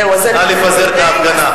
נא לפזר את ההפגנה.